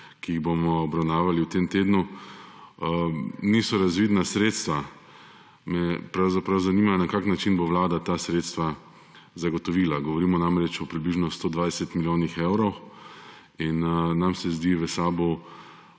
ki jih bomo obravnavali v tem tednu, niso razvidna sredstva, pravzaprav zanima: Na kakšen način bo Vlada ta sredstva zagotovila? Govorimo namreč o približno 120 milijonih evrov in nam se zdi v SAB